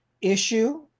issue